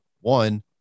One